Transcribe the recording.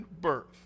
birth